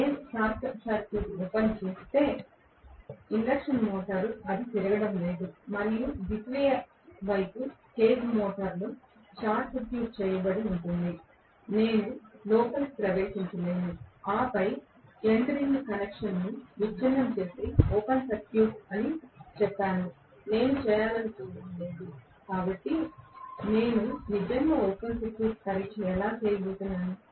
నేను circuit open చేస్తే induction motor అది తిరగడం లేదు మరియు ద్వితీయ వైపు కేజ్ మోటారులో షార్ట్ సర్క్యూట్ చేయబడి ఉంటుంది నేను లోపలికి ప్రవేశించలేను ఆపై ఎండ్ రింగ్ కనెక్షన్ను విచ్ఛిన్నం చేసి ఓపెన్ సర్క్యూట్ అని చెప్పాను నేను చేయాలనుకోవడం లేదు కాబట్టి నేను నిజంగా ఓపెన్ సర్క్యూట్ పరీక్ష ఎలా చేయబోతున్నాను